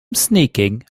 sneaking